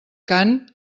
cant